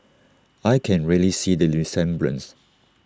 I can really see the resemblance